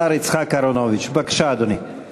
מחרימים מישהו